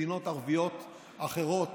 מדינות ערביות אחרות